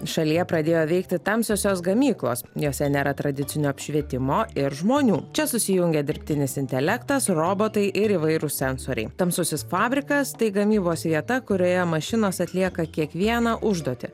šalyje pradėjo veikti tamsiosios gamyklos jose nėra tradicinio apšvietimo ir žmonių čia susijungia dirbtinis intelektas robotai ir įvairūs sensoriai tamsusis fabrikas tai gamybos vieta kurioje mašinos atlieka kiekvieną užduotį